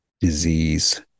disease